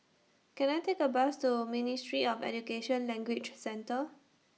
Can I Take A Bus to Ministry of Education Language Centre